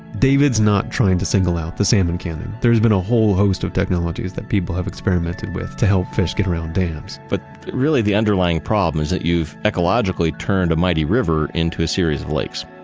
david's not trying to single out the salmon cannon. there's been a whole host of technologies that people have experimented with to help fish get around dams. but really the underlying problem is that you've ecologically turned a mighty river into a series of lakes.